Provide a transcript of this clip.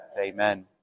Amen